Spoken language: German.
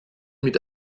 mit